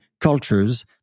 cultures